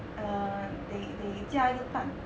err they they 加一个蛋